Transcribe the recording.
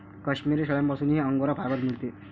काश्मिरी शेळ्यांपासूनही angora fibre मिळते